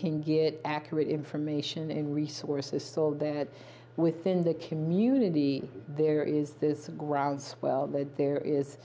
can get accurate information in resources sold that within the community there is this groundswell that there is